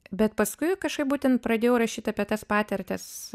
bet paskui kažkaip būtent pradėjau rašyt apie tas patirtis